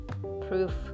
proof